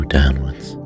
downwards